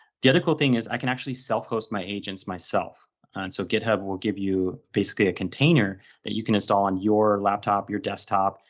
the other cool thing is, i can actually self-host my agents myself, and so github will give you basically a container that you can install on your laptop, your desktop,